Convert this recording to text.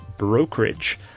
Brokerage